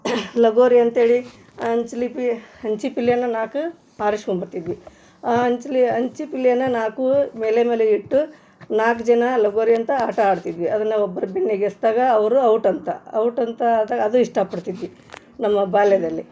ಲಗೋರಿ ಅಂತ್ಹೇಳಿ ಅಂಚ್ಲಿಪಿ ಹಂಚಿಪಿಲ್ಲೇನ ನಾಲ್ಕು ಆರಸ್ಕೊಂಬರ್ತಿದ್ವಿ ಆ ಅಂಚ್ಲಿ ಅಂಚಿಪಿಲ್ಲೇನ ನಾಲ್ಕು ಮೇಲೆ ಮೇಲೆ ಇಟ್ಟು ನಾಲ್ಕು ಜನ ಲಗೋರಿ ಅಂತ ಆಟ ಆಡ್ತಿದ್ವಿ ಅದನ್ನು ಒಬ್ರ ಬೆನ್ನಿಗೆ ಎಸ್ದಾಗ ಅವರು ಔಟ್ ಅಂತ ಔಟ್ ಅಂತ ಆದಾಗ ಅದು ಇಷ್ಟಪಡ್ತಿದ್ವಿ ನಮ್ಮ ಬಾಲ್ಯದಲ್ಲಿ